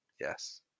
Yes